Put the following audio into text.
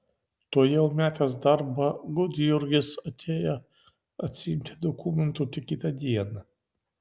tuojau metęs darbą gudjurgis atėjo atsiimti dokumentų tik kitą dieną